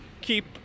keep